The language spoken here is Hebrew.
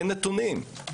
אין נתונים.